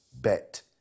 bet